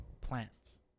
plants